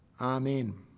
Amen